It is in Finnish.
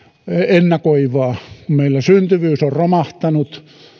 ennakoivaa meillä syntyvyys on romahtanut